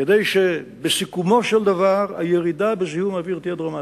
כדי שבסיכומו של דבר הירידה בזיהום האוויר תהיה דרמטית.